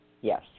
Yes